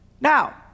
Now